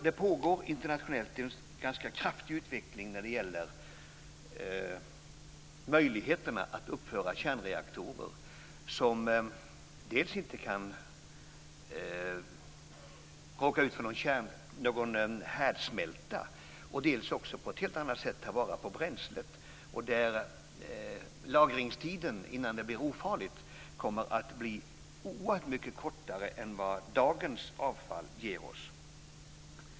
Det pågår en ganska kraftig utveckling internationellt när det gäller möjligheterna att uppföra kärnreaktorer som dels inte kan råka ut för någon härdsmälta, dels på ett helt annat sätt tar vara på bränslet. Och lagringstiden innan avfallet blir ofarligt kommer att bli oerhört mycket kortare än när det gäller dagens avfall.